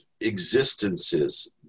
existences